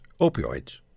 opioids